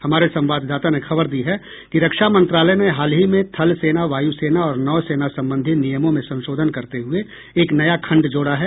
हमारे संवाददाता ने खबर दी है कि रक्षा मंत्रालय ने हाल ही में थलसेना वायुसेना और नौसेना सबंधी नियमों में संशोधन करते हुए एक नया खण्ड जोड़ा है